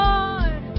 Lord